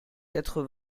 quatre